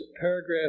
paragraph